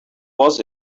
was